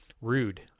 Rude